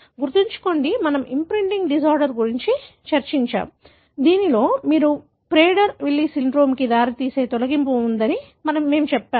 గుర్తుంచుకోండి మనం imprinting disorder గురించి చర్చించాము దీనిలో మీరు ప్రేడెర్ విల్లి సిండ్రోమ్ కి దారితీసే తొలగింపు ఉందని మేము చెప్పాము